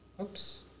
oops